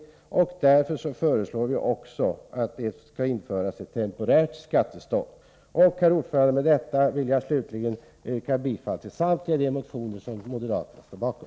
Därför föreslår vi att det skall införas ett temporärt skattestopp. Herr talman! Med det anförda vill jag yrka bifall till samtliga de reservationer som moderaterna står bakom.